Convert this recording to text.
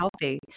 healthy